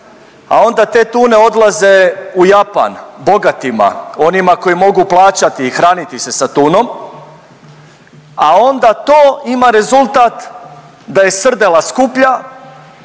a onda te tune odlaze u Japan bogatima, onima koji mogu plaćati i hraniti se sa tunom, a onda to ima rezultat da se srdela skuplja